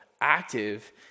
active